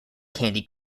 candy